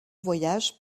voyage